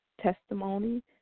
testimony